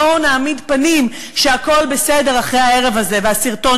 בואו נעמיד פנים שהכול בסדר אחרי הערב הזה והסרטון